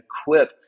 equip